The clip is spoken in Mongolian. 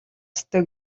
ёстой